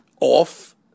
off